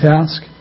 task